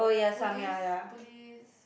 police police